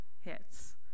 hits